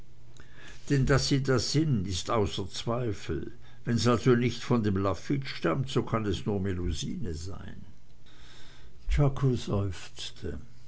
denn daß sie das sind ist außer zweifel wenn's also nicht von dem lafitte stammt so kann es nur melusine sein